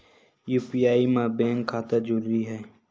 UPI मा bank खाता जरूरी हे?